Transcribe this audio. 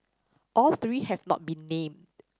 all three have not been named